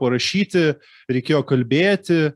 parašyti reikėjo kalbėti